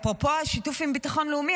אפרופו השיתוף עם ביטחון לאומי,